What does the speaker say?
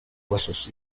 huesos